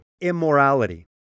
immorality